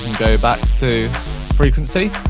go back to frequency.